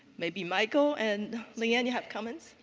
maybe michael and lee ann, you have comments?